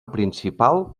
principal